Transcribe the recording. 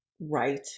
Right